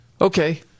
Okay